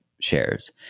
shares